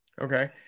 Okay